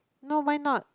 no why not